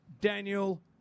Daniel